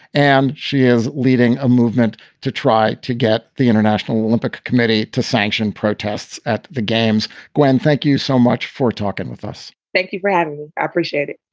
and she is leading a movement to try to get the international olympic committee to sanction protests at the games. gwen, thank you so much for talking with us. thank you for having me appreciate it